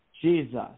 Jesus